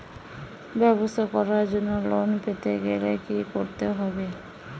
ব্যবসা করার জন্য লোন পেতে গেলে কি কি করতে হবে?